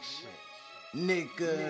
Nigga